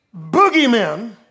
boogeymen